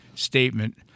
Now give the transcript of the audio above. Statement